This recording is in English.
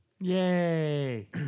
Yay